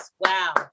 Wow